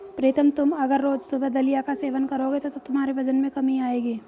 प्रीतम तुम अगर रोज सुबह दलिया का सेवन करोगे तो तुम्हारे वजन में कमी आएगी